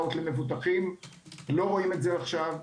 אאוט למבוטחים - לא רואים את זה עכשיו.